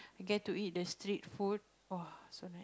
and get to eat the street food !woah! so nice